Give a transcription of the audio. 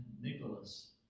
Nicholas